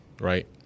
Right